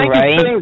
right